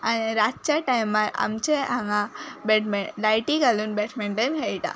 आनी रातच्या टायमार आमचे हांगा बॅटमॅ लायटी घालून बॅटमँटन खेळटा